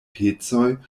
pecoj